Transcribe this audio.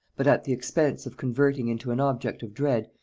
but at the expense of converting into an object of dread,